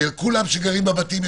וכל מי שגרים בבתים,